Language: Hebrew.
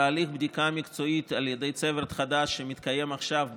תהליך בדיקה מקצועית על ידי צוות חדש שמתקיים עכשיו,